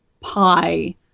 pie